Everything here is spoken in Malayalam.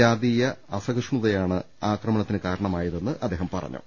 ജാതീയ അസഹിഷ്ണുതയാണ് ആക്രമണത്തിന് കാരണമെന്ന് അദ്ദേഹം പറഞ്ഞു